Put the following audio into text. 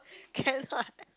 cannot